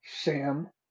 Sam